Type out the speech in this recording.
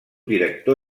director